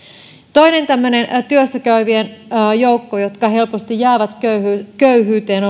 toinen tämmöinen työssä käyvien joukko joka helposti jää köyhyyteen